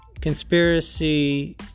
Conspiracy